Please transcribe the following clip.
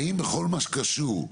האם בכל מה שקשור,